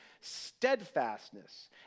steadfastness